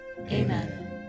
Amen